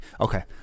okay